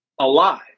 alive